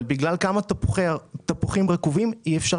אבל בגלל כמה תפוחים רקובים אי אפשר